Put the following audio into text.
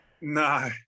No